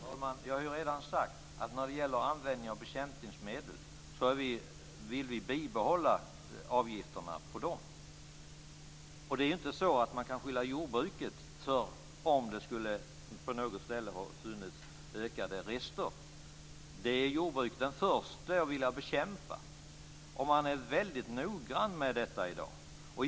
Fru talman! Jag har redan sagt att vi när det gäller användningen av bekämpningsmedel vill bibehålla avgifterna. Det är inte så att man kan skylla på jordbruket om det på något ställe har funnits ökade rester. Det är jordbruket först att vilja bekämpa, och man är väldigt noggrann med detta i dag.